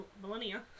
millennia